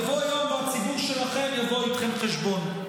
יבוא יום והציבור שלכם יבוא איתכם חשבון.